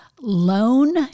loan